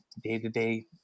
day-to-day